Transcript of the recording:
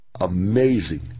amazing